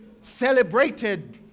celebrated